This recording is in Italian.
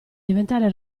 diventare